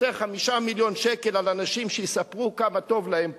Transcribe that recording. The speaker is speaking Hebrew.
5 מיליון שקל על אנשים שיספרו כמה טוב להם פה,